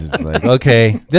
Okay